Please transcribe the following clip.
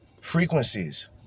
frequencies